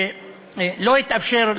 ולא התאפשר,